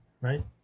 right